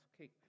Okay